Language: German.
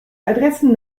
adressen